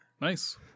Nice